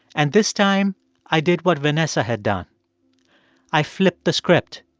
and this time i did what vanessa had done i flipped the script.